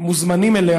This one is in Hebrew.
מוזמנים אליה,